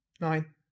nine